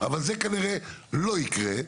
אבל זה כנראה לא יקרה.